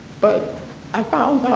but i found